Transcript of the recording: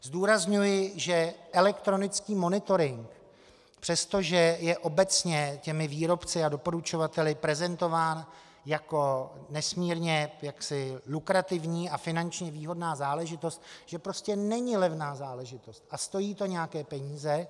Zdůrazňuji, že elektronický monitoring, přestože je obecně výrobci a doporučovateli prezentován jako nesmírně lukrativní a finančně výhodná záležitost, prostě není levná záležitost a stojí to nějaké peníze.